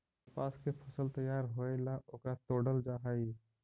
कपास के फसल तैयार होएला ओकरा तोडल जा हई